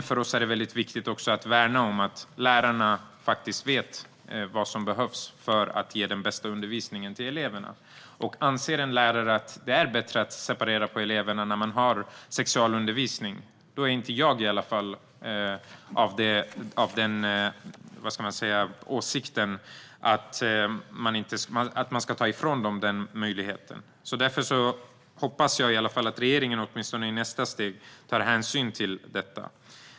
För oss är dock viktigt att värna om att det är lärarna som vet vad som behövs för att ge eleverna den bästa undervisningen. Om en lärare anser att det är bättre att separera eleverna när man har sexualundervisning är i alla fall inte jag av den åsikten att man ska ta ifrån dem den möjligheten. Därför hoppas jag att regeringen, åtminstone i nästa steg, tar hänsyn till detta.